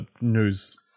news